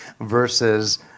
versus